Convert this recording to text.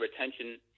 retention